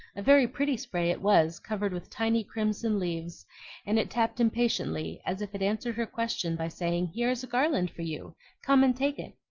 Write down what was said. a very pretty spray it was, covered with tiny crimson leaves and it tapped impatiently, as if it answered her question by saying, here is a garland for you come and take it.